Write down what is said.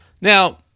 Now